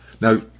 Now